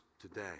today